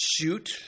shoot